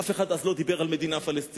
אף אחד אז לא דיבר על מדינה פלסטינית.